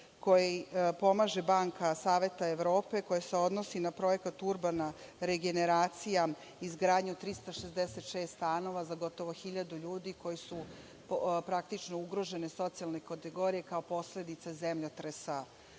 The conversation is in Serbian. koji pomaže Banka Saveta Evrope koji se odnosi na projekat - urbana regeneracija izgradnju 366 stanova za gotovo 1.000 ljudi koji su praktično ugrožene socijalne kategorije kao posledica zemljotresa